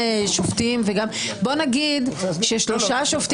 בוא נגיד ששלושה שופטים,